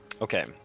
Okay